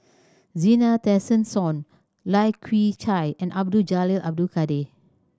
Zena Tessensohn Lai Kew Chai and Abdul Jalil Abdul Kadir